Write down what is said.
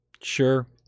Sure